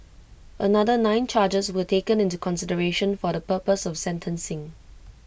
another nine charges were taken into consideration for the purpose of sentencing